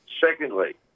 Secondly